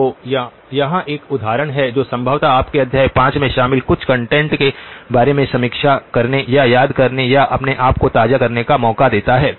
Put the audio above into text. तो यहाँ एक उदाहरण है जो संभवतः आपको अध्याय 5 में शामिल कुछ कंटेंट्स के बारे में समीक्षा करने या याद करने या अपने आप को ताज़ा करने का मौका देता है